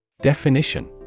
Definition